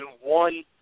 one